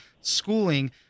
schooling